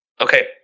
Okay